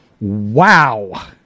Wow